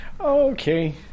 okay